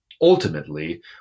ultimately